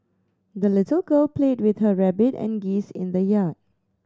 the little girl played with her rabbit and geese in the yard